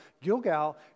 Gilgal